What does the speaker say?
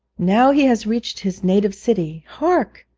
now he has reached his native city. hark!